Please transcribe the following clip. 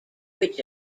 which